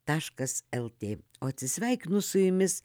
taškas el tė o atsisveikinu su jumis